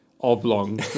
oblong